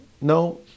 No